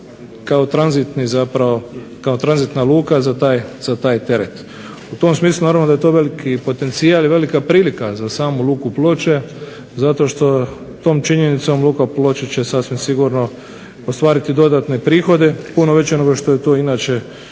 za tranzitna luka za taj teret. U tom smislu naravno da je to veliki potencijal i velika prilika za samu luku Ploče zato što tom činjenicom će luka Ploče ostvariti dodatne prihode puno veće nego što je bilo